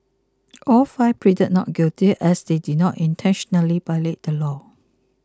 all five pleaded not guilty as they did not intentionally violate the law